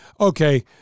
okay